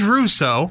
Russo